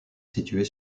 située